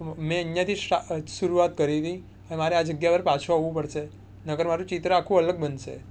મેં અહીંયાંથી શરૂઆત કરી હતી તો મારે આ જગ્યા પર પાછું આવું પડશે નકર મારું ચિત્ર આખું અલગ બનશે